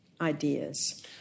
ideas